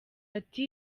ati